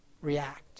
react